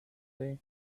day